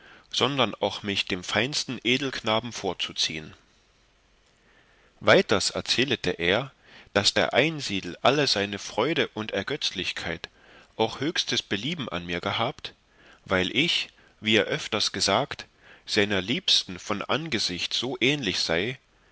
sondern auch mich dem feinsten edelknaben vorzuziehen weiters erzählete er daß der einsiedel alle seine freude und ergötzlichkeit auch höchstes belieben an mir gehabt weil ich wie er öfters gesagt seiner liebsten von angesicht so ähnlich sei